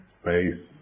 space